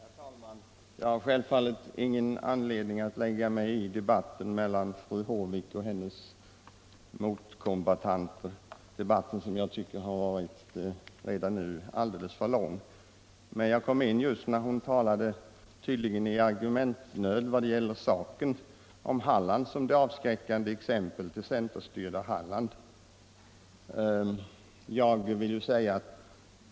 Herr talman! Jag har självfallet ingen anledning att lägga mig i debatten mellan fru Håvik och hennes kombattanter, en debatt som jag tycker har varit alldeles för lång. Men jag kom in i kammaren när fru Håvik tydligen i argumentnöd talade om det centerstyrda Halland som det avskräckande exemplet.